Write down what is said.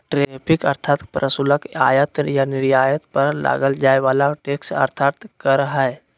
tariff अर्थात् प्रशुल्क आयात या निर्यात पर लगाल जाय वला टैक्स अर्थात् कर हइ